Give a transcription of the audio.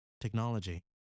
Technology